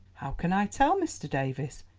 how can i tell, mr. davies?